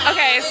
Okay